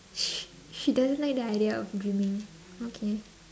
sh~ she doesn't like the idea of gymming okay